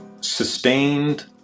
sustained